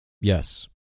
Yes